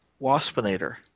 Waspinator